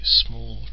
small